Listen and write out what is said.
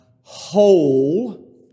whole